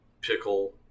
pickle